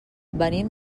venim